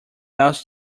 else